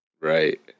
Right